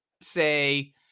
say